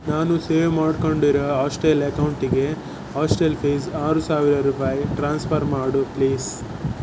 ನಾನು ಸೇವ್ ಮಾಡಿಕೊಂಡಿರೋ ಹಾಸ್ಟೆಲ್ ಅಕೌಂಟಿಗೆ ಹಾಸ್ಟೆಲ್ ಫೀಸ್ ಆರು ಸಾವಿರ ರೂಪಾಯಿ ಟ್ರಾನ್ಸ್ಫರ್ ಮಾಡು ಪ್ಲೀಸ್